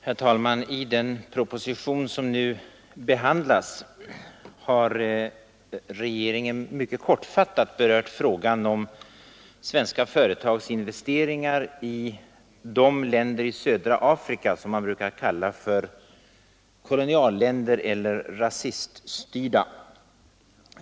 Herr talman! I den proposition som nu behandlas har regeringen mycket kortfattat berört frågan om svenska företags investeringar i de länder i södra Afrika som man brukar kalla för kolonialländer eller rasiststyrda länder.